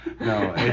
No